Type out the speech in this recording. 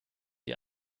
die